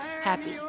happy